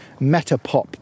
Metapop